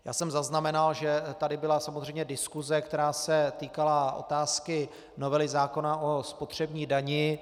Já jsem zaznamenal, že tady byla samozřejmě diskuse, která se týkala otázky novely zákona o spotřební dani.